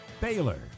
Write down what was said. Baylor